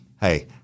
Hey